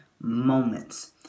moments